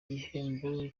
gihembo